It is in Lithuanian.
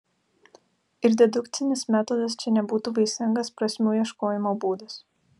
ir dedukcinis metodas čia nebūtų vaisingas prasmių ieškojimo būdas